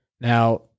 Now